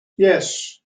yes